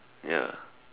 ya